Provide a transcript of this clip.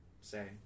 say